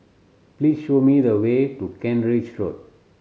please show me the way to Kent Ridge Road